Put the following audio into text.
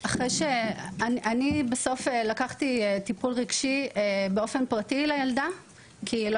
לקחתי בסוף טיפול רגשי באופן פרטי לילדה כי לא